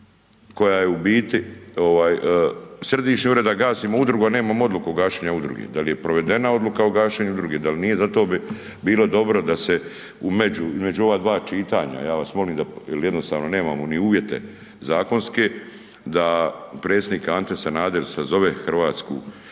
koja je u biti ovaj središnji ured, a gasimo udrugu a nemamo odluku o gašenju udruge. Da li je provedena odluka o gašenju udruge, da li nije? Zato bi bilo dobro da se u među, između ova dva čitanja, ja vas molim da, jer jednostavno nemamo ni uvjete zakonske, da predsjednik Ante Sanader sazove Hrvatsku